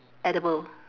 edible